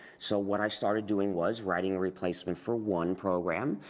so what i started doing was writing a replacement for one program,